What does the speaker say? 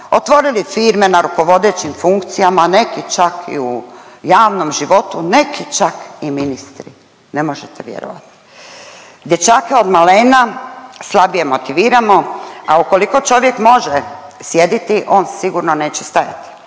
otvorili firme na rukovodećim funkcijama, neki čak i u javom životu, neki čak i ministri, ne možete vjerovat. Dječake odmalena slabije motiviramo, a ukoliko čovjek može sjediti on sigurno neće stajati,